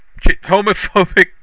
Homophobic